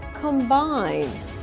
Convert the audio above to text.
combine